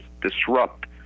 disrupt